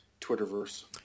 Twitterverse